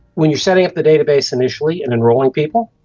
when you are setting up the database initially and enrolling people,